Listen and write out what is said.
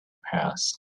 past